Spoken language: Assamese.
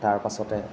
তাৰপাছতে